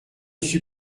suis